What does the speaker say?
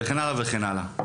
וכן הלאה וכן הלאה.